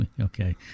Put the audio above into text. Okay